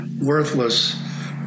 worthless